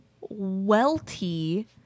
welty